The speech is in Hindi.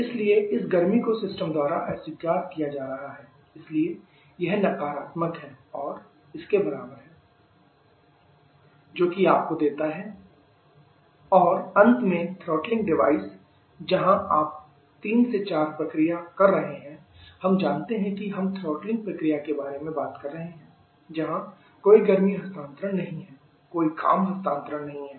इसलिए इस गर्मी को सिस्टम द्वारा अस्वीकार किया जा रहा है इसलिए यह नकारात्मक है और इसके बराबर है QCmh3 h2 जो कि आपको देता है QCmh2 h3 और अंत में थ्रॉटलिंग डिवाइस जहां आप 3 से 4 प्रक्रिया कर रहे हैं हम जानते हैं कि हम थ्रॉटलिंग प्रक्रिया के बारे में बात कर रहे हैं जहां कोई गर्मी हस्तांतरण नहीं है कोई काम हस्तांतरण नहीं है